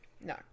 No